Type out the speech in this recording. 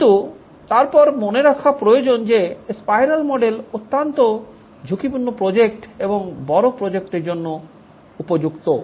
কিন্তু তারপর মনে রাখা প্রয়োজন যে স্পাইরাল মডেল অত্যন্ত ঝুঁকিপূর্ণ প্রজেক্ট এবং বড় প্রোজেক্টের জন্য উপযুক্ত